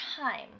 time